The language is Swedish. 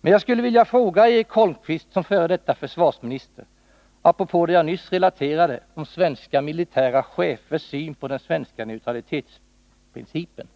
Men jag skulle vilja fråga Eric Holmqvist i hans egenskap av f. d. försvarsminister apropå det jag nyss relaterade om svenska militära chefers syn på den svenska neutralitetsprincipen: